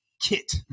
kit